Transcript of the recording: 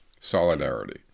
solidarity